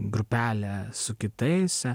grupelę su kitais